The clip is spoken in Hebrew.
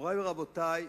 מורי ורבותי,